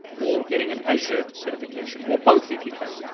or getting an azure certification, or both if you can.